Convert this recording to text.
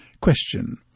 Question